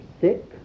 sick